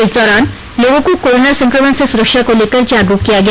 इस दौरान लोगों को कोरोना संक्रमण से सुरक्षा को लेकर जागरूक किया गया